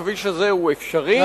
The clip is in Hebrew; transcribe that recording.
הכביש הזה הוא אפשרי,